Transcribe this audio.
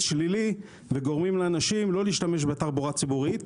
שלילי וגורמים לאנשים לא להשתמש בתחבורה הציבורית,